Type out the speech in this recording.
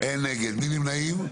אין נגד, מי נמנעים?